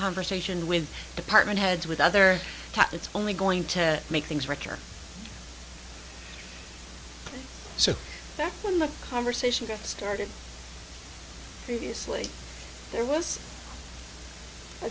conversation with department heads with other that it's only going to make things better so that when the conversation got started seriously there was a